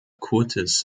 curtis